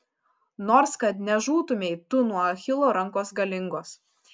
nors kad nežūtumei tu nuo achilo rankos galingos